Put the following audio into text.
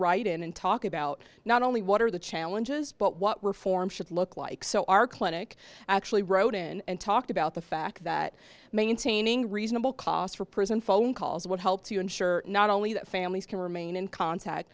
write in and talk about not only what are the challenges but what reform should look like so our clinic actually wrote in and talked about the fact that maintaining reasonable costs for prison phone calls would help to ensure not only that families can remain in contact